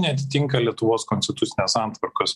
neatitinka lietuvos konstitucinės santvarkos